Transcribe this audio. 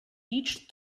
reached